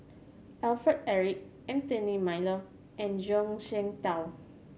Alfred Eric Anthony Miller and Zhuang Shengtao